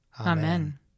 Amen